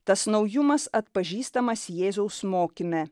tas naujumas atpažįstamas jėzaus mokyme